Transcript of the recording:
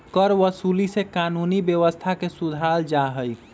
करवसूली से कानूनी व्यवस्था के सुधारल जाहई